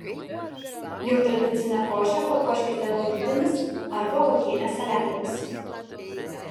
jau tradicinę košę papuoškite uogytėmis arba uogienės salelėmis